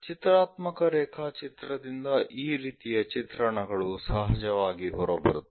ಚಿತ್ರಾತ್ಮಕ ರೇಖಾಚಿತ್ರದಿಂದ ಈ ರೀತಿಯ ಚಿತ್ರಣಗಳು ಸಹಜವಾಗಿ ಹೊರಬರುತ್ತವೆ